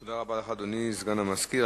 תודה רבה לך, אדוני סגן המזכיר.